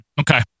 Okay